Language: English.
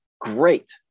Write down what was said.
great